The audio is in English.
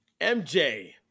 MJ